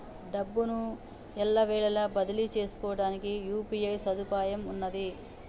డబ్బును ఎల్లవేళలా బదిలీ చేసుకోవడానికి యూ.పీ.ఐ సదుపాయం ఉన్నది